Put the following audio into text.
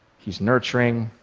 he's nurturing,